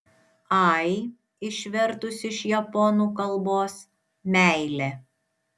ai išvertus iš japonų kalbos meilė